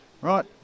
right